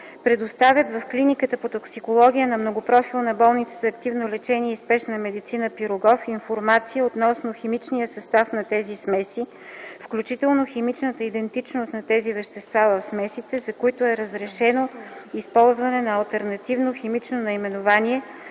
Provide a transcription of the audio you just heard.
предоставят в Клиниката по токсикология на Многопрофилна болница за активно лечение и спешна медицина „Н. П. Пирогов” информация относно химичния състав на тези смеси, включително химичната идентичност на тези вещества в смесите, за които е разрешено използване на алтернативно химично наименование